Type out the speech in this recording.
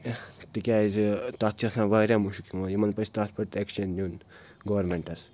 تِکیٛازِ تَتھ چھِ آسان واریاہ مُشک یِوان یِمَن پَزِ تَتھ پٮ۪ٹھ تہِ اٮ۪کشَن نیُن گورمٮ۪نٛٹَس